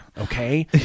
okay